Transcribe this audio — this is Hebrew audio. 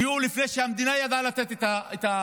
הגיעו, לפני שהמדינה ידעה לתת את השירות.